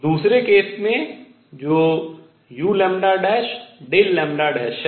दूसरे केस में जो uλ Δλ है